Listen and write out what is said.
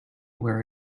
wear